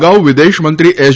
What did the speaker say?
અગાઉ વિદેશમંત્રી એસ